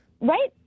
Right